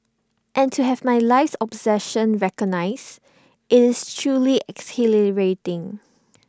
and to have my life's obsession recognised is truly exhilarating